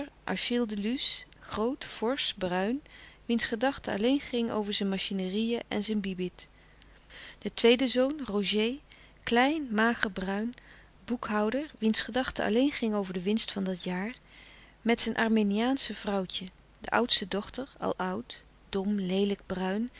de luce groot forsch bruin wiens gedachte alleen ging over zijn machinerieën en zijn bibit de tweede zoon roger klein mager bruin boekhouder wiens gedachte alleen ging over de winst van dat jaar met zijn armeniaansche vrouwtje de oudste dochter al oud dom leelijk bruin